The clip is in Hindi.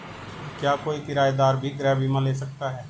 क्या कोई किराएदार भी गृह बीमा ले सकता है?